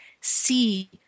see